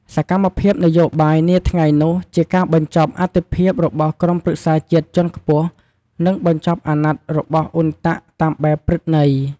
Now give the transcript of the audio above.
សកម្មភាពនយោបាយនាថ្ងៃនោះ ជាការបញ្ចប់អត្ថិភាពរបស់ក្រុមប្រឹក្សាជាតិជាន់ខ្ពស់ និងបញ្ចប់អាណត្តិរបស់អ៊ុនតាក់តាមបែបព្រឹត្តន័យ។